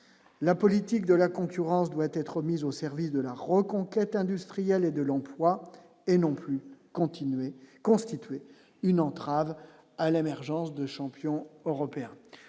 la politique de la concurrence doit être mise au service de la reconquête industrielle et de l'emploi et non plus continuer constituer une entrave à l'émergence de champions. Européen,